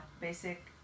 basic